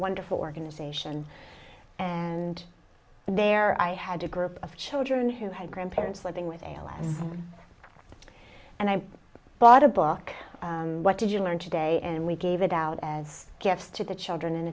wonderful organization and there i had a group of children who had grandparents living with ayla and i bought a book what did you learn today and we gave it out as gifts to the children